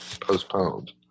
Postponed